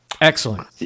Excellent